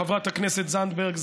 חברת הכנסת זנדברג,